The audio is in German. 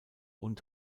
und